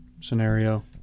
scenario